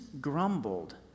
grumbled